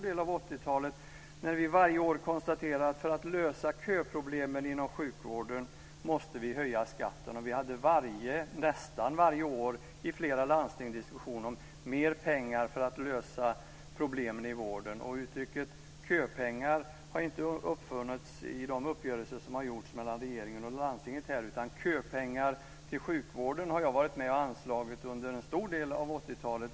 Då konstaterade vi varje år att vi för att lösa köproblemen inom sjukvården måste höja skatten. Och nästan varje år hade vi i flera landsting diskussioner om mer pengar för att lösa problemen i vården. Och uttrycket köpengar har inte uppfunnits i de uppgörelser som har gjorts mellan regeringen och landstinget här, utan köpengar till sjukvården har jag varit med om att anslå under en stor del av 80-talet.